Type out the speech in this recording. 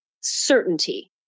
certainty